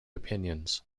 opinions